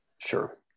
sure